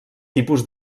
tipus